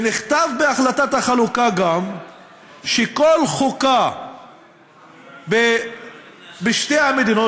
נכתב בהחלטת החלוקה גם שכל חוקה בשתי המדינות,